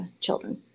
children